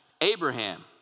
Abraham